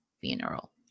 funeral